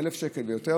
1,000 שקל ויותר,